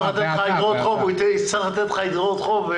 הוא יצטרך לתת לך אגרות חוב,